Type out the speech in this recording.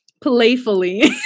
Playfully